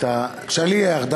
השליח, השליח.